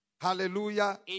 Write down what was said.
Hallelujah